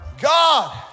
God